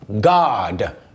God